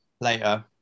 later